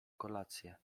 kolację